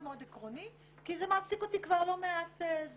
מאוד עקרוני כי זה מעסיק אותי כבר לא מעט זמן.